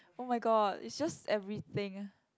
oh-my-god is just everything